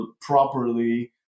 properly